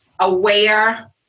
aware